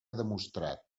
demostrat